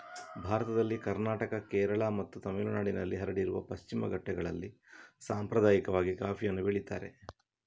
ಭಾರತದಲ್ಲಿ ಕರ್ನಾಟಕ, ಕೇರಳ ಮತ್ತು ತಮಿಳುನಾಡಿನಲ್ಲಿ ಹರಡಿರುವ ಪಶ್ಚಿಮ ಘಟ್ಟಗಳಲ್ಲಿ ಸಾಂಪ್ರದಾಯಿಕವಾಗಿ ಕಾಫಿಯನ್ನ ಬೆಳೀತಾರೆ